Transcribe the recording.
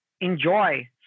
enjoy